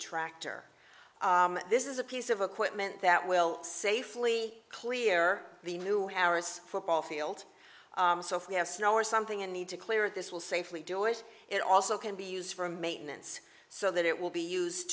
tractor this is a piece of equipment that will safely clear the new hammers football field so if we have snow or something and need to clear this will safely do it it also can be used for maintenance so that it will be used